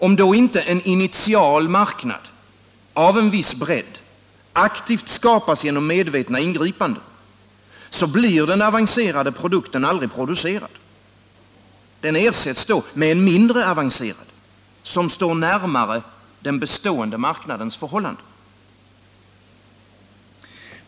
Om inte en initial marknad av viss bredd aktivt skapas genom medvetna ingripanden, så blir den avancerade produkten aldrig producerad. Den ersätts med en mindre avancerad, som står närmare den bestående marknadens förhållanden.